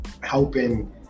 helping